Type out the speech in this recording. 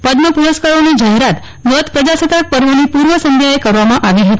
પદ્મ પુરસ્કારોની જાહેરાત ગત પ્રજાસત્તાક પર્વની પુર્વ સંધ્યાએ કરવામાં આવી હતી